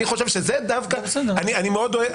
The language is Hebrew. אני חושב שזה דווקא אני איתך,